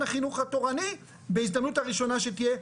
החינוך התורני בהזדמנות הראשונה שתהיה,